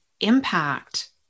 impact